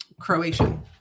Croatian